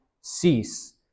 cease